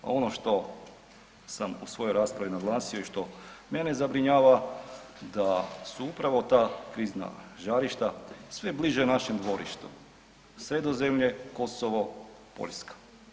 A ono što sam u svojoj raspravi naglasio i što mene zabrinjava da su upravo ta krizna žarišta sve bliže našem dvorištu Sredozemlje, Kosovo, Poljska.